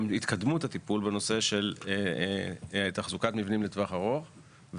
לכנסת על התקדמות הטיפול בנושא של תחזוקת מבנים לטווח ארוך.